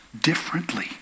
differently